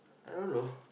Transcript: I don't know